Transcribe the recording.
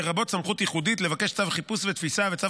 לרבות סמכות ייחודית לבקש צו חיפוש ותפיסה וצו